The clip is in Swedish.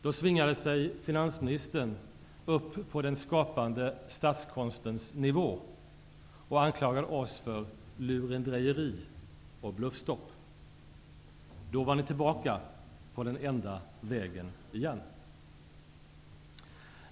Då svingade sig finansministern upp på den skapande statskonstens nivå och anklagade oss för ''lurendrejeri'' och Då var ni tillbaka på ''den enda vägen'' igen.